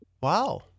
Wow